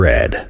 Red